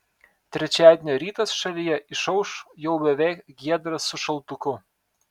trečiadienio rytas šalyje išauš jau beveik giedras su šaltuku